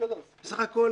בסך הכול,